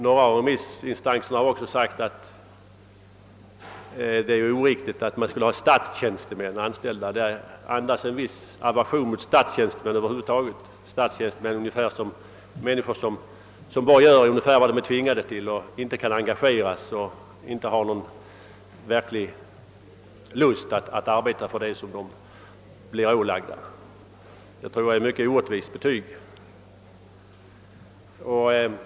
Några remissinstanser har också sagt att det är oriktigt att försvararna skulle vara statsanställda. Dessa uttalanden andas en viss aversion mot statstjänstemän över huvud taget. Man betecknar statstjänstemän som människor som gör ungefär vad de blir tvingade till, som inte kan engagera sig och som inte har någon verklig lust att arbeta med de uppgifter de blir ålagda. Detta är ett mycket orättvist betyg.